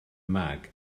mag